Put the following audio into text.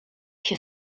się